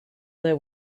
their